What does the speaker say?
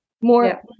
more